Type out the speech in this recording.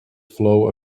flow